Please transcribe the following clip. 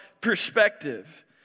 perspective